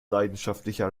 leidenschaftlicher